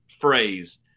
phrase